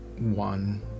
one